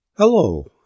Hello